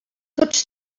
tots